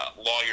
lawyer